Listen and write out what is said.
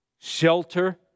shelter